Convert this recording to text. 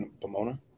Pomona